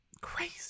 crazy